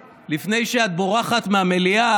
השרה שקד, לפני שאת בורחת מהמליאה,